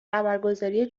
خبرگزاری